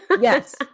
yes